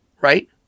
Right